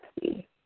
see